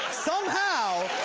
somehow,